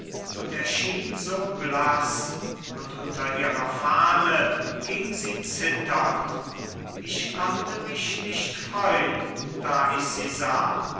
und erschien so blaß und unter ihrer fahne ging sie zitternd ich konnte mich nicht freun da ich sie sah